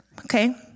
okay